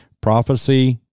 Prophecy